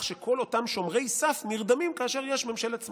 שכל אותם שומרי סף נרדמים כאשר יש ממשלת שמאל.